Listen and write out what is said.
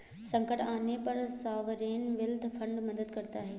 संकट आने पर सॉवरेन वेल्थ फंड मदद करता है